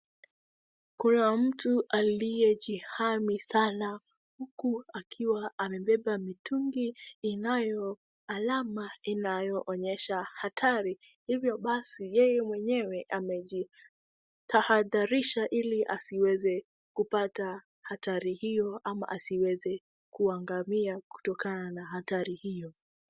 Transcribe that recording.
Kuna mtu aliyejihami sana huku akiwa amebeba mitungi inayo alama inayo onyesha hatari hivyo basi yeye mwenyewe amejitahadharisha ili asiweze kupata hatari hiyo ama asiweze kuangamia kutokana na hatari hiyo.